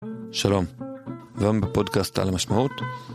שלום, היום בפודקאסט על המשמעות.